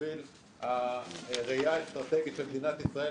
בשביל הראייה האסטרטגית של מדינת ישראל